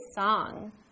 song